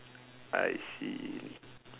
I see